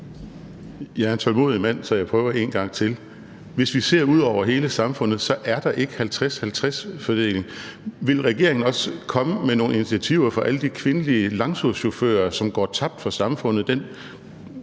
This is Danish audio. Jeg er en tålmodig mand, så jeg prøver en gang til. Hvis vi ser ud over hele samfundet, er der ikke en 50-50-fordeling, vil regeringen også komme med nogle initiativer for alle de kvindelige langturschauffører, som går tabt for samfundet,